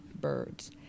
birds